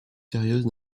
sérieuse